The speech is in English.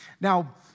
Now